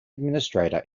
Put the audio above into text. administrator